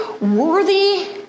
worthy